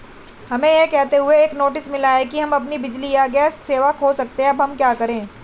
हमें यह कहते हुए एक नोटिस मिला कि हम अपनी बिजली या गैस सेवा खो सकते हैं अब हम क्या करें?